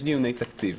יש דיוני תקציב.